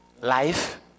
life